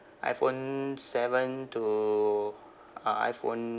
iphone seven to uh iphone